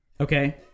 Okay